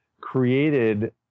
created